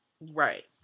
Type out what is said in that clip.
Right